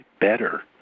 better